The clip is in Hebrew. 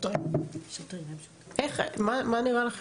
מה נראה לכם?